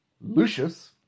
Lucius